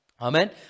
Amen